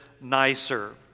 nicer